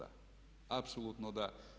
Apsolutno, da.